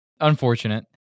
Unfortunate